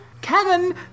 Kevin